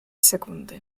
sekundy